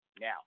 Now